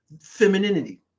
femininity